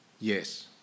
yes